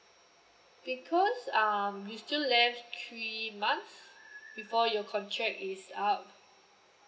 because um you still left three months before your contract is up